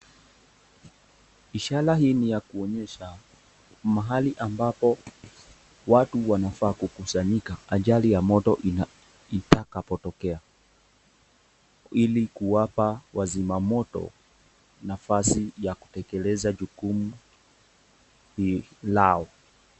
Ishara hii ni ya kuonyesha mahali ambapo watu wanafaa kukusanyika ajali ya moto itakapotokea ili kuwapa wazima moto nafasi ya kutekeleza jukumu lao.